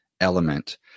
element